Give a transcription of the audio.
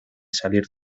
salir